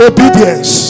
Obedience